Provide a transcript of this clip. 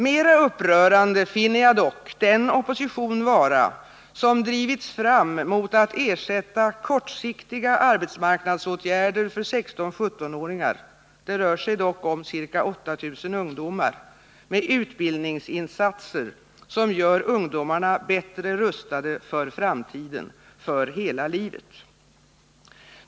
Mera upprörande finner jag dock den opposition vara som drivits fram mot förslaget att ersätta kortsiktiga arbetsmarknadsåtgärder för 16—-17-åringar — det rör sig dock om ca 8 000 ungdomar — med utbildningsinsatser som gör ungdomarna bättre rustade för framtiden, för hela livet.